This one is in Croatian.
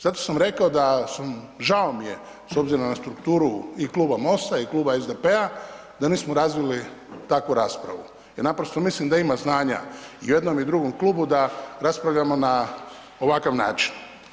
Zato sam rekao da sam, žao mi je s obzirom na strukturu i Kluba MOST-a i Kluba SDP-a da nismo razvili takvu raspravu jer naprosto mislim da ima znanja i u jednom i u drugom klubu da raspravljamo na ovakav način.